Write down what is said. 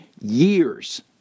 years